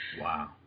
wow